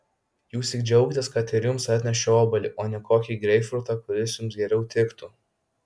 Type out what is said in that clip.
jūs tik džiaukitės kad ir jums atnešiau obuolį o ne kokį greipfrutą kuris jums geriau tiktų